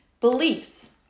Beliefs